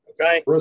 Okay